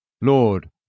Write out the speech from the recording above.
Lord